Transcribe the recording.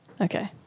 Okay